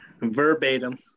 verbatim